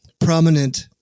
prominent